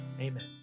amen